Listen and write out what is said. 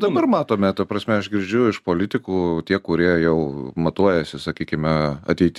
dabar matome ta prasme aš girdžiu iš politikų tie kurie jau matuojasi sakykime ateit